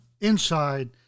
inside